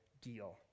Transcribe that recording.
deal